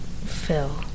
Phil